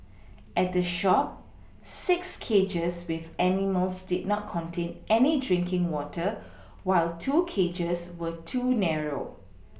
at the shop six cages with animals did not contain any drinking water while two cages were too narrow